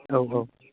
औ औ